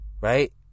right